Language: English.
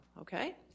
Okay